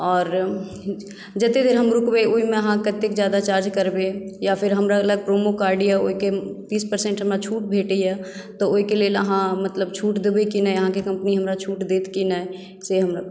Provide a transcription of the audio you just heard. आओर जते देर हम रूकबै ओहिमे अहाँ कतेक चार्ज करबै या फिर हमरा लग प्रोमो कार्ड यऽ ओहिकेँ हमरा बीस परसेन्ट छुट भेटैया तऽ ओहिके लेल अहाँ मतलब छुट देबै कि नहि अहाँके कम्पनी हमरा छुट देत कि नहि से हमरा